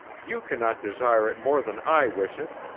you can not desire it more than i wish it.